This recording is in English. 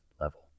level